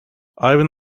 ivan